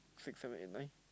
six seven eight nine